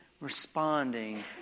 responding